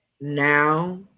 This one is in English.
now